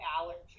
allergy